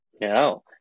No